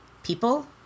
People